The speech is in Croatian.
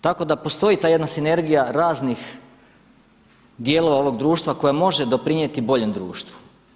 Tako da postoji ta jedna sinergija raznih dijelova ovog društva koje može doprinijeti boljem društvu.